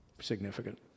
significant